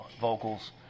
vocals